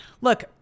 Look